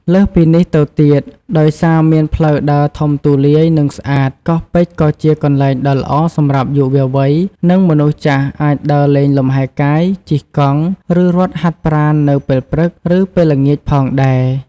លើសពីនេះទៅទៀត ដោយសារមានផ្លូវដើរធំទូលាយ និងស្អាត កោះពេជ្រក៏ជាកន្លែងដ៏ល្អសម្រាប់យុវវ័យ និងមនុស្សចាស់អាចដើរលេងលំហែកាយ ជិះកង់ ឬរត់ហាត់ប្រាណនៅពេលព្រឹក ឬពេលល្ងាចផងដែរ។